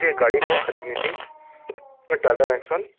मुझे एक गाड़ी ख़रीदनी थी टाटा नेक्सॅन